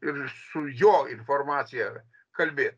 ir su jo informacija kalbėt